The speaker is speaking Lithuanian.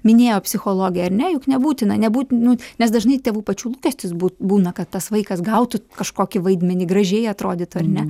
minėjo psichologė ar ne juk nebūtina nebūt nu nes dažnai tėvų pačių lūkestis būt būna kad tas vaikas gautų kažkokį vaidmenį gražiai atrodytų ar ne